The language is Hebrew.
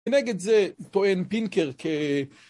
נגד זה טוען פינקר כ...